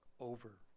over